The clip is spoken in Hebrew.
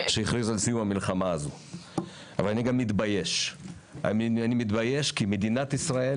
שהכריז על סיום המלחמה אבל אני גם מתבייש כי מדינת ישראל